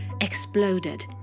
exploded